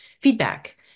feedback